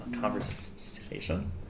conversation